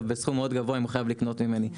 בסכום מאוד גבוה אם הוא חייב לקנות ממני.